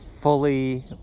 fully